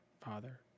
Father